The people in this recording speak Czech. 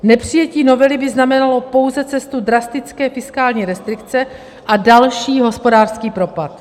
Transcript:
Nepřijetí novely by znamenalo pouze cestu drastické fiskální restrikce a další hospodářský propad.